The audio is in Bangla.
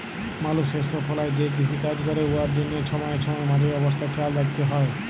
মালুস শস্য ফলাঁয় যে কিষিকাজ ক্যরে উয়ার জ্যনহে ছময়ে ছময়ে মাটির অবস্থা খেয়াল রাইখতে হ্যয়